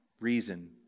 reason